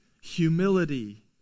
humility